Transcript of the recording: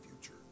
future